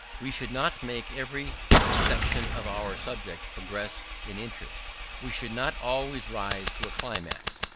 we should not make every section of our subject progress in interest we should not always rise to a climax.